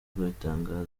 kibitangaza